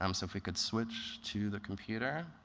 um so if we could switch to the computer.